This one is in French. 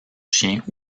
chiens